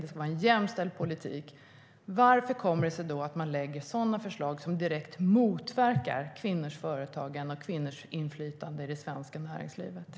Det ska vara en jämställd politik. Hur kommer det sig då att man lägger fram förslag som direkt motverkar kvinnors företagande och kvinnors inflytande i det svenska näringslivet?